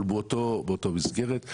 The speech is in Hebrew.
אבל באותה מסגרת.